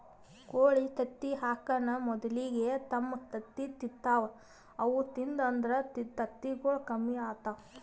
ಕೋಳಿ ತತ್ತಿ ಹಾಕಾನ್ ಮೊದಲಿಗೆ ತಮ್ ತತ್ತಿ ತಿಂತಾವ್ ಅವು ತಿಂದು ಅಂದ್ರ ತತ್ತಿಗೊಳ್ ಕಮ್ಮಿ ಆತವ್